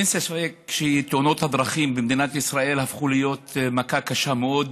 אין ספק שתאונות הדרכים במדינת ישראל הפכו להיות מכה קשה מאוד,